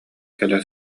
кэлэ